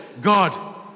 God